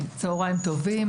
צוהריים טובים,